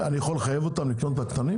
אני יכול לחייב אותם לקנות מהקטנים?